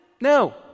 No